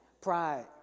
Pride